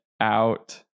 out